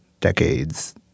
decades